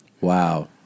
Wow